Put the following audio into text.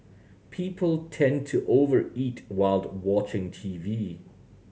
people tend to over eat while watching T V